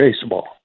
baseball